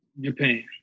Japan